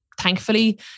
Thankfully